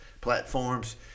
platforms